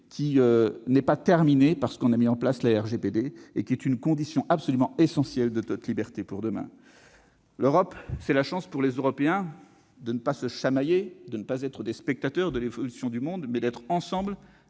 général sur la protection des données, ou RGPD ; c'est une condition absolument essentielle de notre liberté pour demain. L'Europe, c'est la chance pour les Européens de ne pas se chamailler, de ne pas être des spectateurs de l'évolution du monde, mais d'être ensemble